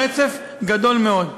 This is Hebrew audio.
ברצף קשה מאוד.